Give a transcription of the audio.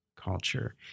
culture